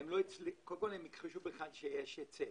הם הכחישו בכלל שיש היצף.